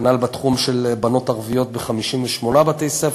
כנ"ל בתחום של בנות ערביות ב-58 בתי-ספר,